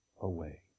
away